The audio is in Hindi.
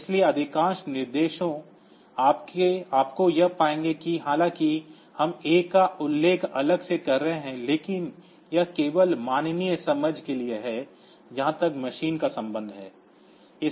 इसलिए अधिकांश निर्देश आपको यह पाएंगे कि हालांकि हम A का उल्लेख अलग से कर रहे हैं लेकिन यह केवल मानवीय समझ के लिए है जहां तक मशीन का संबंध है